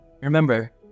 Remember